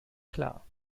klar